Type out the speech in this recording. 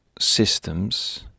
Systems